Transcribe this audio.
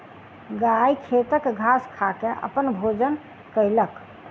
गाय खेतक घास खा के अपन भोजन कयलक